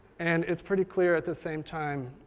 and it's pretty clear at the same time,